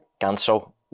Ganso